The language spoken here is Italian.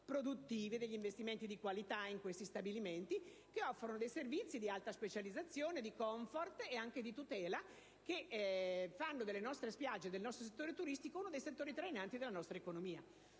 produttivi e di qualità in questi stabilimenti che offrono servizi di alta specializzazione di *comfort* e tutela, che fanno della nostre spiagge e del nostro settore turistico uno dei settori trainanti della nostra economia.